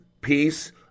peace